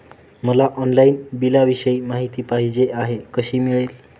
मला ऑनलाईन बिलाविषयी माहिती पाहिजे आहे, कशी मिळेल?